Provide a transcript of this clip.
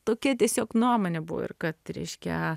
tokia tiesiog nuomonė buvo ir kad reiskia